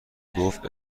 گفت